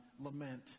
lament